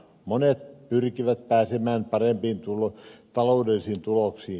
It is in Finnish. monet pyrkivät pääsemään parempiin taloudellisiin tuloksiin